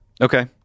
Okay